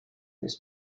this